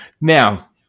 Now